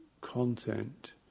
content